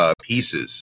pieces